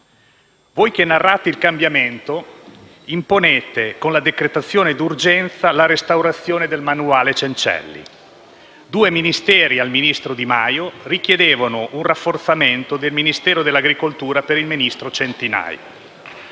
Voi che narrate il cambiamento imponete, con la decretazione d'urgenza, la restaurazione del manuale Cencelli: due Ministeri al ministro Di Maio richiedevano un rafforzamento del Ministero dell'agricoltura per il ministro Centinaio.